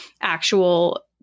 actual